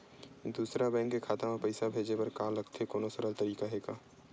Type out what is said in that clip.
दूसरा बैंक के खाता मा पईसा भेजे बर का लगथे कोनो सरल तरीका हे का?